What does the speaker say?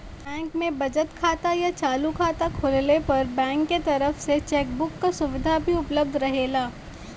bank में बचत खाता या चालू खाता खोलले पर बैंक के तरफ से चेक बुक क सुविधा भी उपलब्ध रहेला